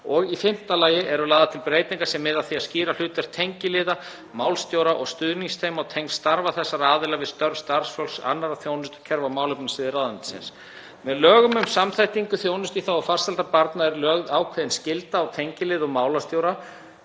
og í fimmta lagi eru lagðar til breytingar sem miða að því að skýra hlutverk tengiliða, málstjóra og stuðningsteyma og tengsl starfa þessara aðila við störf starfsfólks annarra þjónustukerfa á málefnasviði ráðuneytisins. Með lögum um samþættingu þjónustu í þágu farsældar barna er lögð ákveðin skylda á tengiliði og málstjóra